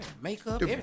Makeup